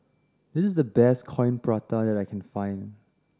this is the best Coin Prata that I can find